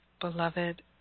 beloved